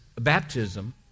baptism